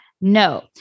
No